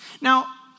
Now